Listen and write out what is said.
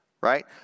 right